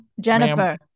Jennifer